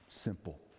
Simple